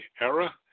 era